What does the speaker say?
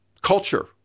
culture